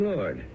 Lord